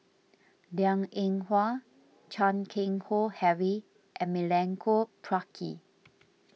Liang Eng Hwa Chan Keng Howe Harry and Milenko Prvacki